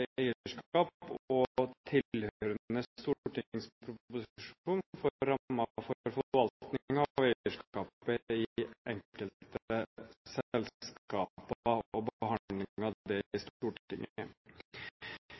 eierskap og tilhørende stortingsproposisjon for rammer for forvaltningen av eierskapet i enkelte selskaper og behandling av det